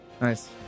nice